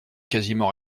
quasiment